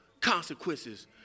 consequences